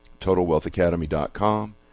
TotalWealthAcademy.com